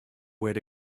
where